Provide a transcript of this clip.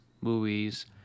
movies